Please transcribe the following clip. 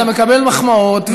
אתה מקבל מחמאות,